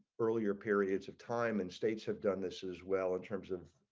earlier periods of time and states have done this is well in terms of